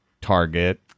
Target